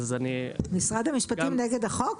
משרד המשפטים נגד החוק?